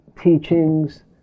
teachings